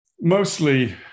Mostly